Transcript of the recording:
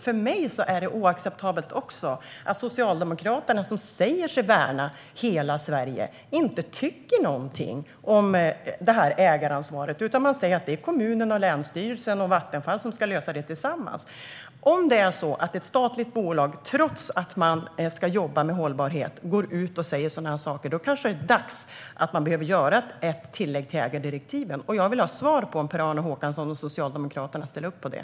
För mig är det också oacceptabelt att Socialdemokraterna, som säger sig värna hela Sverige, inte tycker någonting om ägaransvaret. Man säger i stället att det är kommunen, länsstyrelsen och Vattenfall som ska lösa detta tillsammans. Om ett statligt bolag går ut och säger sådana här saker trots att det ska jobba med hållbarhet kanske det är dags att göra ett tillägg till ägardirektiven. Jag vill ha ett svar på frågan om Per-Arne Håkansson och Socialdemokraterna ställer upp på det.